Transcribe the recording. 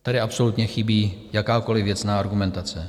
Tady absolutně chybí jakákoliv věcná argumentace.